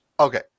Okay